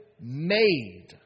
made